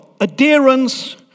adherence